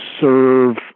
serve